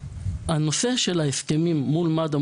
הנושא של ההסכמים מול מד"א,